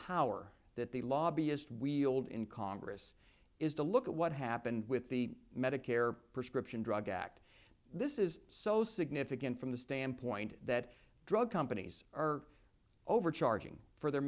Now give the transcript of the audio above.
power that the lobbyist wield in congress is to look at what happened with the medicare prescription drug act this is so significant from the standpoint that drug companies are overcharging for their